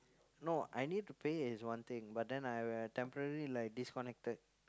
no I need to pay is one thing but then when I temporary like disconnected